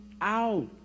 out